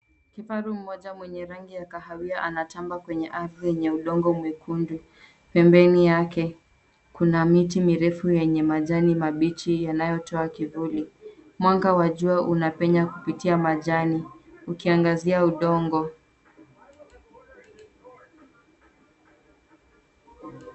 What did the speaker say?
Kifaru mmoja mwenye rangi ya kahawia anatamba kwenye ardhi yenye udongo mwekundu. Pembeni yake kuna miti mirefu yenye majani mabichi yanayotoa kivuli. Mwanga wa jua unapenya kupitia majani ukiangazia udongo.